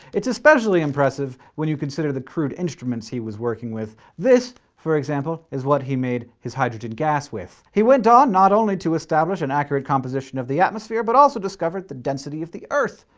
it's especially impressive when you consider the crude instruments he was working with. this, for example, is what he made his hydrogen gas with. he went on not only to establish an accurate composition of the atmosphere, but also discovered the density of the earth.